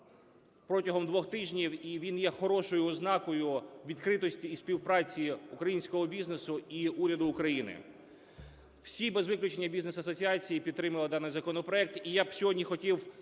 протягом двох тижнів, і він є хорошою ознакою відкритості і співпраці українського бізнесу і уряду України. Всі без виключення бізнес-асоціації підтримали законопроект. І я б сьогодні хотів